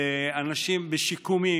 באנשים בשיקום,